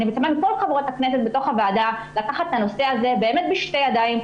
אני מצפה מכל חברות הכנסת בוועדה לקחת את הנושא הזה בשתי ידיים,